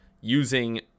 using